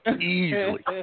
Easily